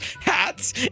hats